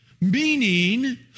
meaning